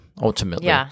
ultimately